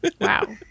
Wow